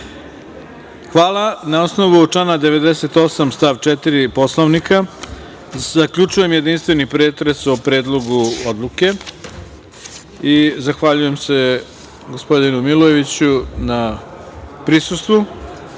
sekundi. Na osnovu člana 98. stav 4. Poslovnika, zaključujem jedinstveni pretres o Predlogu odluke. Zahvaljujem se gospodinu Milojeviću na prisustvu. Saglasno